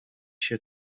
się